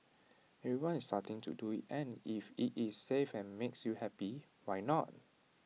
everyone is starting to do IT and if IT is safe and makes you happy why not